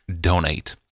donate